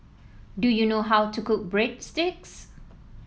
do you know how to cook Breadsticks